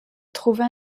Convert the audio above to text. trouvent